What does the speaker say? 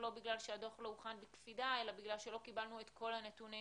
לא בגלל שהדוח לא הוכן בקפידה אלא בגלל שלא קיבלנו את כול הנתונים